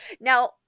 Now